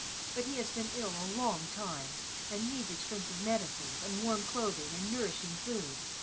but he has been ill a long time and needs expensive medicines and warm clothing and nourishing food.